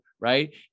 right